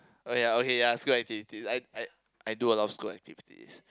oh ya okay ya school activities I I I do a lot of school activities